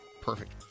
Perfect